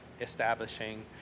establishing